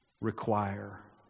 require